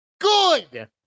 Good